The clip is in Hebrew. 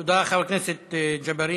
תודה, חבר הכנסת ג'בארין.